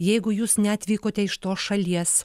jeigu jūs neatvykote iš tos šalies